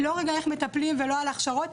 לא רגע איך מטפלים ולא על הכשרות.